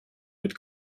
mit